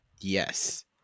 Yes